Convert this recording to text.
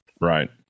Right